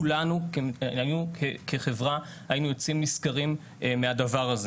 כולנו כחברה היינו יוצאים נשכרים מהדבר הזה.